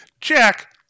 Jack